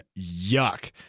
Yuck